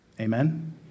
Amen